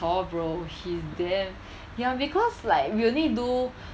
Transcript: hor bro he's damn ya because like we only do